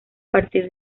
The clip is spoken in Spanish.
partir